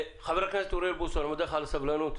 חבר הכנסת אוריאל בוסו, אני מודה לך על הסבלנות,